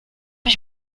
ich